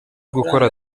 gukora